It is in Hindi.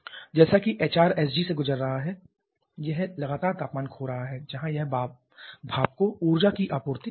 जैसा कि यह एचआरएसजी से गुजर रहा है यह लगातार तापमान खो रहा है जहां यह भाप को ऊर्जा की आपूर्ति कर रहा है